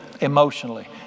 Emotionally